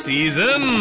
Season